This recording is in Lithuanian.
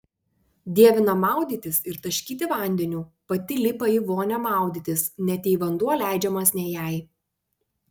dievina maudytis ir taškyti vandeniu pati lipa į vonią maudytis net jei vanduo leidžiamas ne jai